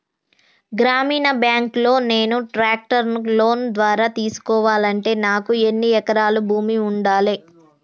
గ్రామీణ బ్యాంక్ లో నేను ట్రాక్టర్ను లోన్ ద్వారా తీసుకోవాలంటే నాకు ఎన్ని ఎకరాల భూమి ఉండాలే?